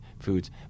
foods